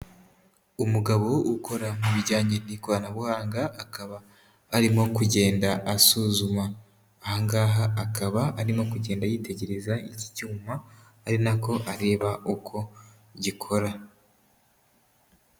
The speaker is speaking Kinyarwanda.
Umugabo ukora mu bijyanye n'ikoranabuhanga akaba arimo kugenda asuzuma, aha ngaha akaba arimo kugenda yitegereza iki cyuma ari nako areba uko gikora.